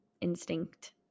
instinct